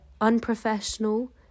unprofessional